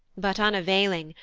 but unavailing,